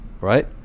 Right